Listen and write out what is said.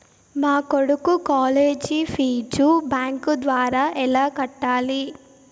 మా కొడుకు college fees bank ద్వారా ఎలా కట్టాలి?